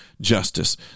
justice